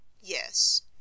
Yes